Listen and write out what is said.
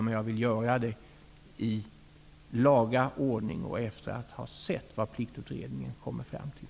Men jag vill göra det i laga ordning och efter att ha sett vad Pliktutredningen kommer fram till.